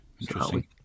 Interesting